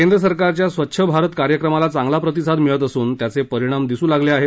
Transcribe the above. केंद्र सरकारच्या स्वच्छ भारत कार्यक्रमाला चागला प्रतिसाद मिळत असून त्याचे परिणाम दिसू लागले आहेत